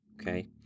okay